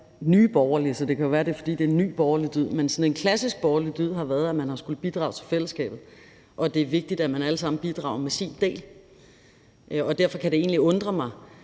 Nye Borgerlige, så det kan være, det er, fordi det er en ny borgerlig dyd – at det har været sådan en klassisk borgerlig dyd, at man skal bidrage til fællesskabet, og at det er vigtigt, at man hver især bidrager med sin del. Og derfor kan det egentlig undre mig,